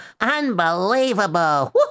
Unbelievable